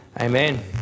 amen